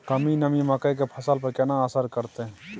कम नमी मकई के फसल पर केना असर करतय?